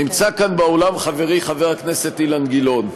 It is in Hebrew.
נמצא כאן באולם חברי חבר הכנסת אילן גילאון,